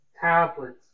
tablets